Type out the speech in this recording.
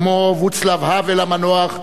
כמו ואצלב האוול המנוח.